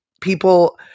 people